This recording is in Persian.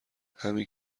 همین